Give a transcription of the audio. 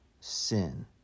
sin